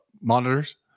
monitors